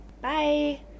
Bye